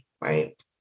right